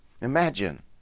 Imagine